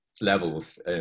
levels